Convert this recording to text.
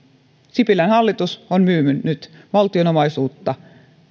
sipilän hallitus on myynyt valtion omaisuutta